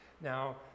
Now